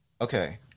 Okay